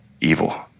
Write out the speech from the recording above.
evil